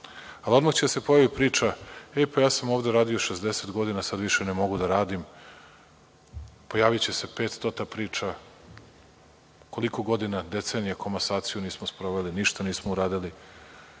ali odmah će da se pojavi priča – ej, pa ja sam ovde radio 60 godina, sad više ne mogu da radim. Pojaviće se 500 priča. Koliko godina, decenija komasaciju nismo sproveli? Ništa nismo uradili